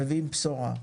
אנחנו מביאים בשורה.